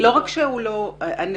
אלי,